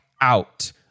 out